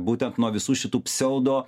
būtent nuo visų šitų pseudo